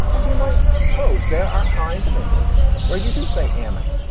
as you might suppose, there are kinds of english where you do say ammend.